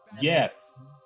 Yes